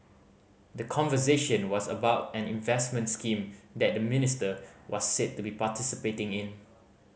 the conversation was about an investment scheme that the minister was said to be participating in